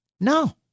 No